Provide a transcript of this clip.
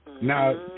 Now